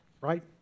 Right